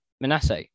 Manasseh